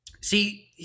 See